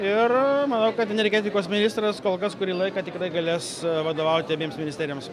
ir manau kad energetikos ministras kol kas kurį laiką tikrai galės vadovauti abiems ministerijoms